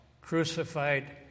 crucified